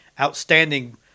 outstanding